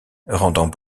rendant